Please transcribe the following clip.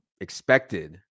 expected